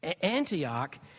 Antioch